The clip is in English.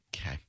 Okay